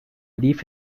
leave